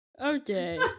Okay